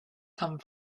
come